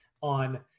on